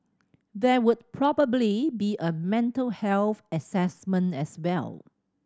there would probably be a mental health assessment as well